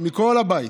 מכל הבית.